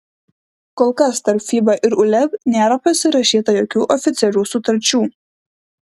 kol kas tarp fiba ir uleb nėra pasirašyta jokių oficialių sutarčių